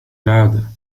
العادة